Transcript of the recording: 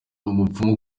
umupfumu